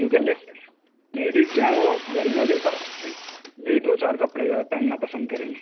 کیوں کہ لیڈیز جو ہیں وہ گرمیوں کے حساب سے ہی دو چار کپڑے جو ہے پہننا پسند کریں گی